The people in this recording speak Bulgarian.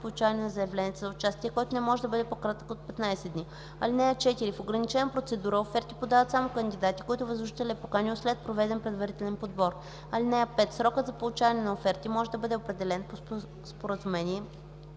получаване на заявления за участие, който не може да бъде по кратък от 15 дни. (4) В ограничена процедура оферти подават само кандидати, които възложителят е поканил след проведен предварителен подбор. (5) Срокът за получаване на оферти може да бъде определен по споразумение